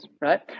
right